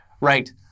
right